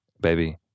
baby